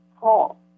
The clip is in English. call